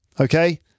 Okay